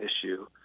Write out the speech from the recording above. issue